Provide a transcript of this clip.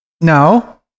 no